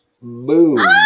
moon